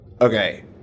Okay